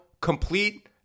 complete